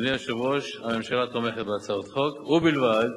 אדוני היושב-ראש, הממשלה תומכת בהצעות חוק, ובלבד